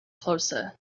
closer